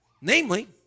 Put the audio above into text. namely